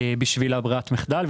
בשביל ברירת המחדל.